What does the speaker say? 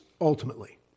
ultimately